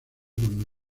con